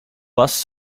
bus